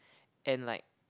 and like